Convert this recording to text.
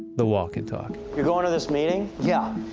the walk and talk you going to this meeting? yeah.